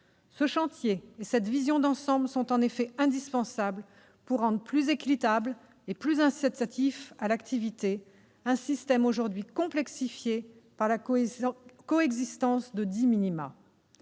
Ce chantier et cette vision d'ensemble sont en effet indispensables pour rendre plus équitable et plus incitatif à l'activité un système aujourd'hui complexifié par la coexistence de dix minima.